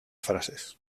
frases